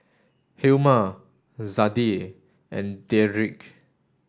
Hilma Zadie and Dedric